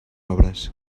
obres